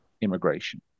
immigration